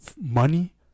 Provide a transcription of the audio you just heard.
money